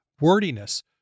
wordiness